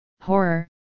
horror